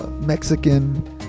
Mexican